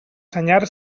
senyar